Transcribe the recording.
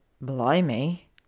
Blimey